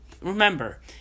Remember